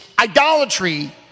idolatry